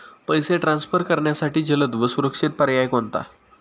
पैसे ट्रान्सफर करण्यासाठी जलद व सुरक्षित पर्याय कोणता?